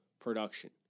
production